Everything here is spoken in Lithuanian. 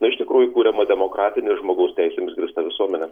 na iš tikrųjų kuriama demokratinė žmogaus teisėmis grįsta visuomenė